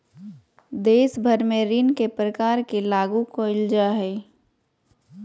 देश भर में ऋण के प्रकार के लागू क़इल जा हइ